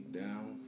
down